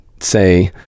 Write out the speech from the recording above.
say